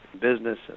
Business